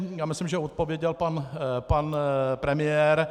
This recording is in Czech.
Já myslím, že odpověděl pan premiér.